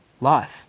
life